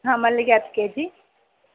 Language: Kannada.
ಹಾಂ ಮಲ್ಲಿಗೆ ಹತ್ತು ಕೆ ಜಿ